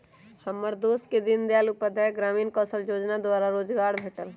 हमर दोस के दीनदयाल उपाध्याय ग्रामीण कौशल जोजना द्वारा रोजगार भेटल